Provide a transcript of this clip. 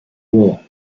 war